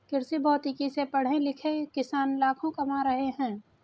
कृषिभौतिकी से पढ़े लिखे किसान लाखों कमा रहे हैं